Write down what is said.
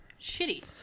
Shitty